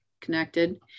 connected